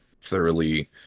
thoroughly